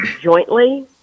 jointly